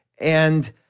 And-